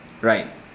right